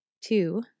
Two